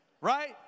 Right